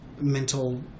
mental